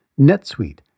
NetSuite